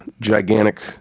gigantic